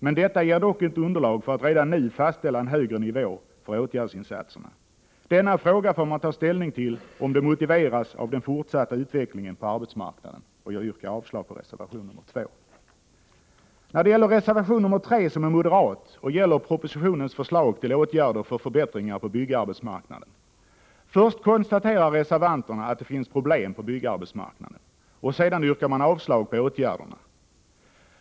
Men detta ger dock inte underlag för att redan nu fastställa en högre nivå för åtgärdsinsatserna. Denna fråga bör man ta ställning till, om detta motiveras av den fortsatta utvecklingen på arbetsmarknaden. Jag yrkar avslag på reservation 2. Reservation 3 är moderat och gäller propositionens förslag till åtgärder för förbättringar på byggarbetsmarknaden. Först konstaterar reservanterna att det finns problem på byggarbetsmarknaden, och sedan yrkar man avslag på de föreslagna åtgärderna.